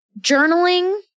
journaling